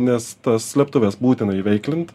nes tas slėptuves būtina įveiklint